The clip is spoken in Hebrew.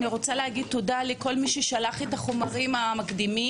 אני רוצה להגיד תודה לכל מי ששלח את החומרים המקדימים,